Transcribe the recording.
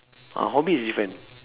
ah for me it's different